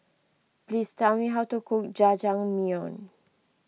please tell me how to cook Jajangmyeon